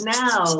now